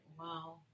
Wow